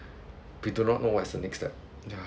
we do not know what's the next step ya